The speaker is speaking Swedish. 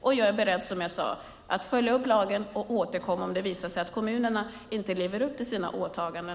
Och som jag sade är jag också på detta område beredd att följa upp lagen och återkomma om det visar sig att kommunerna inte lever upp till sina åtaganden.